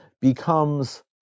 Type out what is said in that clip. becomes